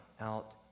out